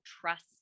trust